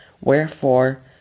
Wherefore